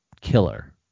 killer